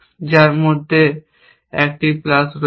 যার মধ্যে একটি প্লাস রয়েছে